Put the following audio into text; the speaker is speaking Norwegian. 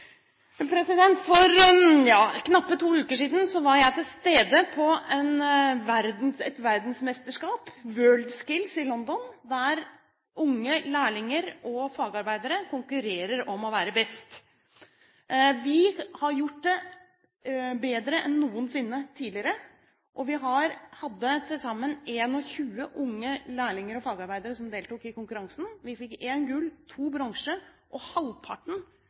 knappe to uker siden var jeg til stede på et verdensmesterskap, WorldSkills i London, der unge lærlinger og fagarbeidere konkurrerte om å være best. Vi gjorde det bedre enn noensinne tidligere, og vi hadde til sammen 21 unge lærlinger og fagarbeidere som deltok i konkurransen. Vi fikk én gull og to bronse, og halvparten